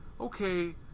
Okay